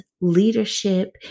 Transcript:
leadership